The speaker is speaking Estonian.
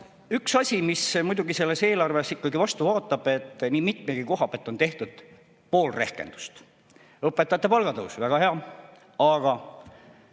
üks asi, mis muidugi sellest eelarvest ikkagi vastu vaatab, on see, et nii mitmegi koha pealt on tehtud pool rehkendust. Õpetajate palga tõus, väga hea!